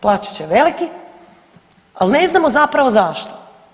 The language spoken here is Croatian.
Plaćat će veliki, ali ne znamo zapravo zašto.